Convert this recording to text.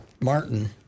Martin